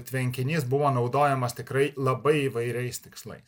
tvenkinys buvo naudojamas tikrai labai įvairiais tikslais